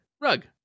rug